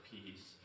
Peace